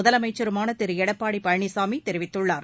முதலமைச்சருமான திரு எடப்பாடி பழனிசாமி தெரிவித்துள்ளார்